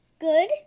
Good